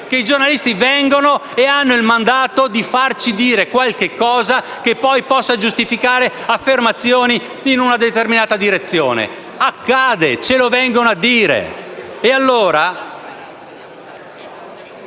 che ci crediate o meno - che hanno il mandato di farci dire qualcosa che possa poi giustificare affermazioni in una determinata direzione. Accade, e ce lo vengono a dire. Allora,